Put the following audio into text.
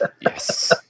Yes